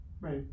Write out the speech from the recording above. right